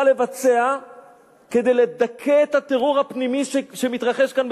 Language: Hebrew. לבצע כדי לדכא את הטרור הפנימי שמתרחש כאן,